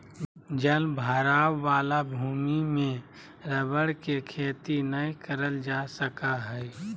जल भराव वाला भूमि में रबर के खेती नय करल जा सका हइ